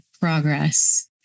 progress